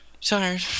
Tired